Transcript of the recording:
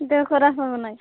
ଦେହ ଖରାପ ହେବ ନାହିଁ